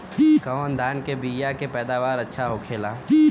कवन धान के बीया के पैदावार अच्छा होखेला?